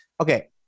Okay